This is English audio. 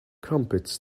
crumpets